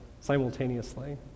simultaneously